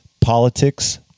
politics